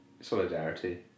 solidarity